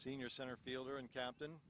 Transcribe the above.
senior center fielder and captain